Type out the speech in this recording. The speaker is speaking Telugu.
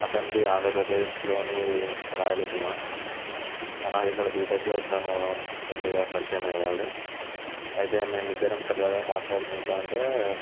అతనిది ఆంధ్రప్రదేశ్ లోని రాయలసీమ అలా ఇక్కడ బీటెక్లో తను ఫ్రెండ్గా పరిచయం అయ్యాడు అయితే మేమిద్దరం సరదాగా మాట్లాడుకుంటుంటే